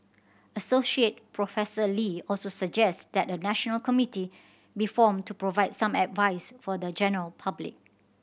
Associate Professor Lee also suggest that a national committee be formed to provide some advice for the general public